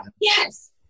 Yes